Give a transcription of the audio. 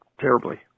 terribly